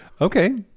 Okay